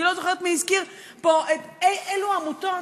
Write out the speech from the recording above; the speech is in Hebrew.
אני לא זוכרת מי הזכיר פה אילו עמותות,